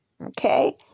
okay